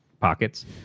pockets